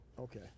Okay